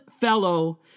fellow